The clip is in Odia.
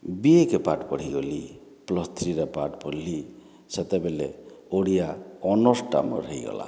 ବିଏକୁ ପାଠ ପଢ଼ି ଗଲି ପ୍ଲସ୍ ଥ୍ରୀରେ ପାଠ ପଢ଼ିଲି ସେତେବେଳେ ଓଡ଼ିଆ ଅନର୍ସଟା ମୋର ହୋଇଗଲା